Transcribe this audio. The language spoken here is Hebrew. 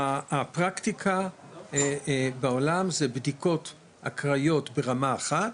הפרקטיקה בעולם זה בדיקות אקראיות ברמה אחת,